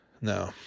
No